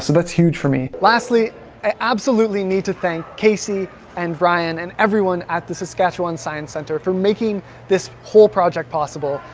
so that's huge for me. lastly i absolutely need to thank casey and ryan and everyone at the saskatchewan science centre for making this whole project possible.